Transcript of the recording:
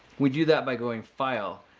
we do that by going file,